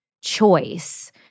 choice